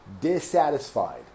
dissatisfied